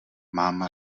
mám